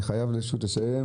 אני חייב לסיים.